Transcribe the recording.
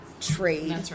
trade